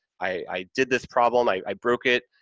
i did this problem, i i broke it,